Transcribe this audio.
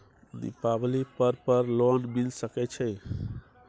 दीपावली पर्व पर लोन मिल सके छै?